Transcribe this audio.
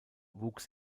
wuchs